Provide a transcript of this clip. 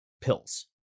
pills